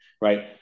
right